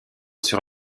sur